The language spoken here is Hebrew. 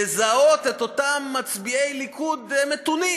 לזהות את אותם מצביעי ליכוד מתונים